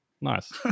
nice